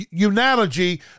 analogy